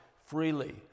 freely